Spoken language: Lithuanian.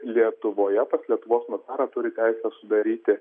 lietuvoje pas lietuvos notarą turi teisę sudaryti